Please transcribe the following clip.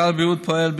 משרד הבריאות פועל,